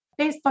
Facebook